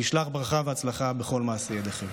וישלח ברכה והצלחה בכל מעשה ידיכם.